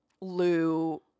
Lou